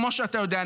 כמו שאתה יודע,